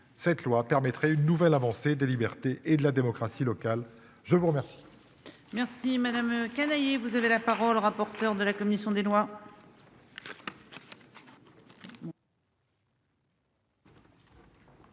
cette loi permettrait une nouvelle avancée des libertés et de la démocratie locale. Je vous remercie.